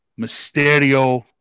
Mysterio